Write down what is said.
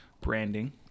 branding